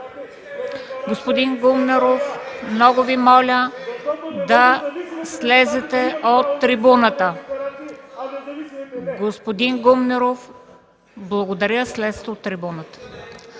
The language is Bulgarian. Господин Гумнеров, много Ви моля да слезете от трибуната. Господин Гумнеров, благодаря, слезте от трибуната.